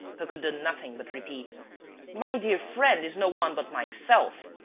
who could do nothing but repeat my dear friend is no one but myself.